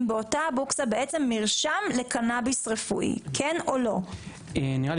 באותה בוקסה בעצם מרשם לקנביס רפואי - כן או לא נראה לי